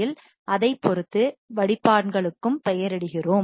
அதைப் பொறுத்து வடிப்பான்களுக்கும் ஃபில்டர் பெயரிடுகிறோம்